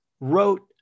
wrote